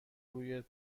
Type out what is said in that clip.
روی